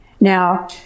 Now